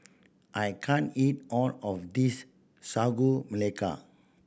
I can't eat all of this Sagu Melaka